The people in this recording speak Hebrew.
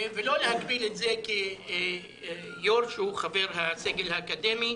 ולא להגביל את זה כיו"ר שהוא חבר הסגל האקדמי.